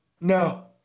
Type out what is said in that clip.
no